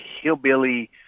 hillbilly